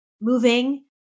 moving